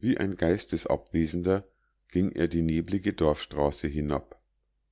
wie ein geistesabwesender ging er die neblige dorfstraße hinab